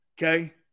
Okay